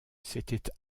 c’étaient